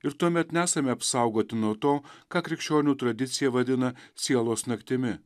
ir tuomet nesame apsaugoti nuo to ką krikščionių tradicija vadina sielos naktimi